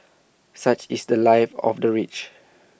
such is The Life of the rich